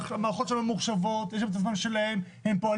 המערכות שלהם ממוחשבות והם פועלים כמו